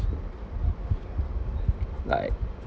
like